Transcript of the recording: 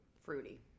fruity